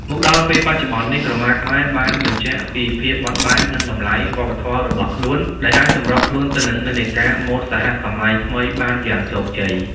មកដល់ពេលបច្ចុប្បន្ននេះ ក្រមាខ្មែរបានបញ្ជាក់ពីភាពបត់បែន និងតម្លៃវប្បធម៌របស់ខ្លួន ដែលអាចសម្របខ្លួនទៅនឹងនិន្នាការម៉ូដសហសម័យថ្មីបានយ៉ាងជោគជ័យ។